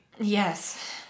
Yes